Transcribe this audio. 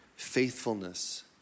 faithfulness